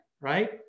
right